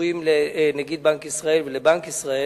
שקשורים לנגיד בנק ישראל ולבנק ישראל.